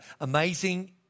amazing